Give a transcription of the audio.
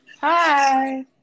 Hi